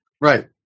Right